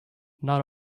not